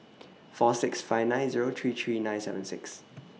four six five nine Zero three three nine seven six